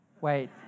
wait